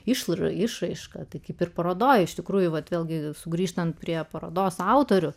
išlaidų išraišką tai kaip ir parodoje iš tikrųjų bet vėlgi sugrįžtant prie parodos autorių